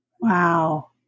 Wow